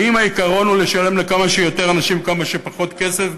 האם העיקרון הוא לשלם לכמה שיותר אנשים כמה שפחות כסף?